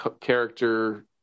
character